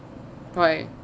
why